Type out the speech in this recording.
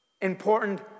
important